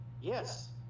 yes